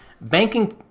banking